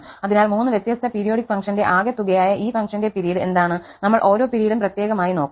അതിനാൽ മൂന്ന് വ്യത്യസ്ത പീരിയോഡിക് ഫംഗ്ഷന്റെ ആകെത്തുകയായ ഈ ഫംഗ്ഷന്റെ പിരീഡ് എന്താണ് നമ്മൾ ഓരോ പിരീഡും പ്രത്യേകമായി നോക്കും